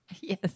Yes